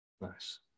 Nice